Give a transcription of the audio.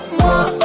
more